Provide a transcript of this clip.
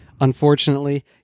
unfortunately